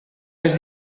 les